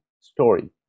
story